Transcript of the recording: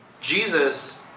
Jesus